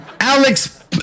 Alex